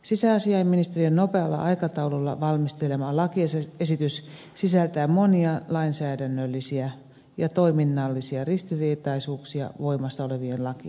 sisäasiainministeriön nopealla aikataululla valmistelema lakiesitys sisältää monia lainsäädännöllisiä ja toiminnallisia ristiriitaisuuksia voimassa olevien lakien kanssa